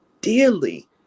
dearly